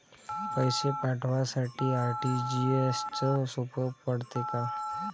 पैसे पाठवासाठी आर.टी.जी.एसचं सोप पडते का?